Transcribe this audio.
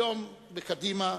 היום, בקדימה,